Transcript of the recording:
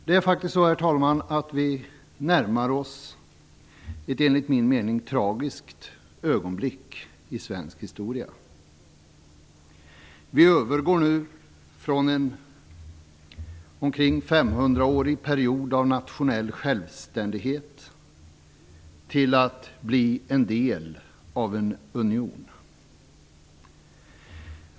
Vi närmar oss, herr talman, ett enligt min mening tragiskt ögonblick i svensk historia. Vi övergår nu från en omkring 500-årig period av nationell självständighet till att bli en del av en union.